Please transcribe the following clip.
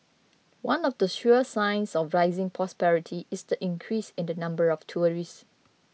one of the sure signs of rising prosperity is the increase in the number of tourists